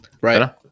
right